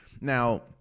Now—